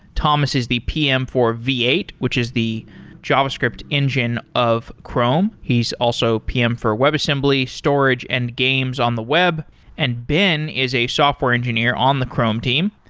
thomas is the pm for v eight, which is the javascript engine of chrome. he's also pm for webassembly, storage and games on the web and ben is a software engineer on the chrome team.